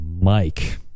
Mike